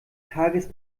tages